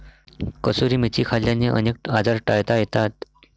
कसुरी मेथी खाल्ल्याने अनेक आजार टाळता येतात